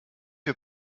wir